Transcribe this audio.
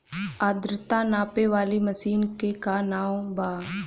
आद्रता नापे वाली मशीन क का नाव बा?